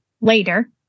later